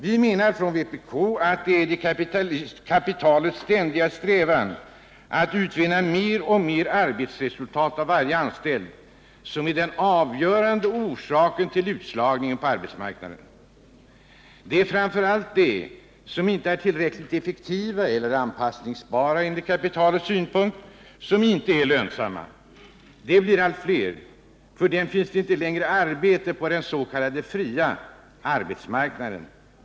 Vi menar från vpk att det är kapitalets ständiga strävan att utvinna mer och mer arbetsresultat av varje anställd som är den avgörande orsaken till utslagningen på arbetsmarknaden. Det är framför allt de som inte är tillräckligt effektiva eller anpassningsbara enligt kapitalets synpunkt som inte är lönsamma. De blir allt fler. För dem finns inte längre arbete på den s.k. fria arbetsmarknaden.